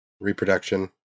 Reproduction